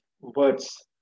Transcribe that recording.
words